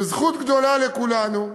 וזכות גדולה לכולנו,